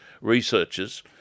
researchers